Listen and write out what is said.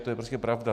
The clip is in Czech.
To je prostě pravda.